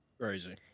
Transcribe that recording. Crazy